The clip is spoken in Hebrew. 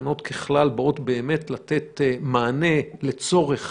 שתקנות ככלל באות באמת לתת מענה לצורך